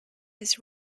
his